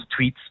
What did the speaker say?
tweets